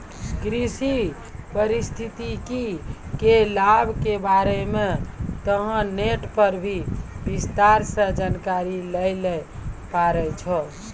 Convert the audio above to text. कृषि पारिस्थितिकी के लाभ के बारे मॅ तोहं नेट पर भी विस्तार सॅ जानकारी लै ल पारै छौ